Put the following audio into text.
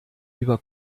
über